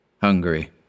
Hungary